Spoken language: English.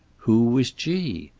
who was g?